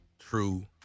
true